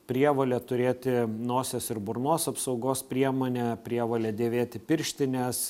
prievolė turėti nosies ir burnos apsaugos priemonę prievolė dėvėti pirštines